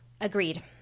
Agreed